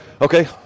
Okay